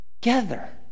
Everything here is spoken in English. together